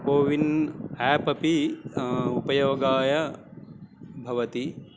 CoWIN app अपि उपयोगाय भवति